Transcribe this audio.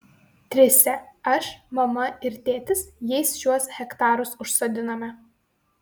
trise aš mama ir tėtis jais šiuos hektarus užsodinome